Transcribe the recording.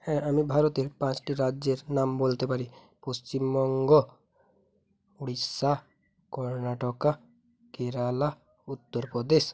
হ্যাঁ আমি ভারতের পাঁচটি রাজ্যের নাম বলতে পারি পশ্চিমবঙ্গ উড়িষ্যা কর্ণাটক কেরালা উত্তরপ্রদেশ